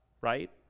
right